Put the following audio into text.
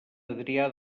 adrià